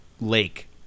lake